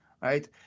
right